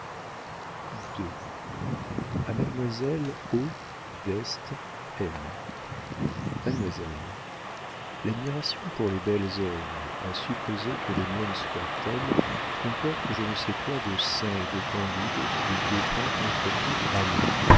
mademoiselle l'admiration pour les belles œuvres à supposer que les miennes soient telles comporte je ne sais quoi de saint et de candide qui défend contre toute raillerie